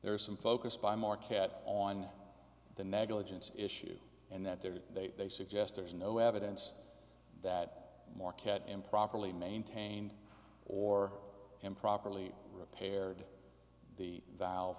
there is some focus by more cat on the negligence issue and that there they they suggest there is no evidence that more cat improperly maintained or improperly repaired the valve